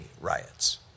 riots